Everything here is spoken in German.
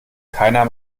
keiner